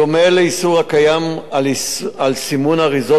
בדומה לאיסור הקיים על סימון אריזות